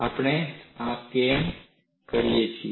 આપણે આ કેમ જોઈએ છીએ